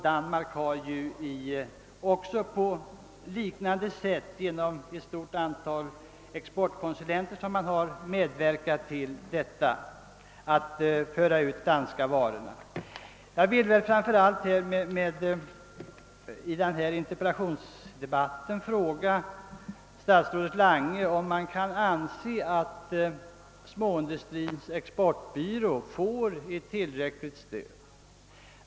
Danmark har också på ett liknande sätt genom ett stort antal exportkonsulenter medverkat till att föra ut danska varor. Jag vill framför allt i denna interpellationsdebatt fråga statsrådet Lange, om han anser att Småindustrins exportbyrå får tillräckligt stöd.